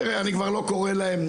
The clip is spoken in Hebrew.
תראה אני כבר לא קורא להם,